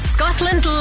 Scotland